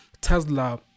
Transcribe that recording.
tesla